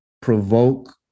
provoke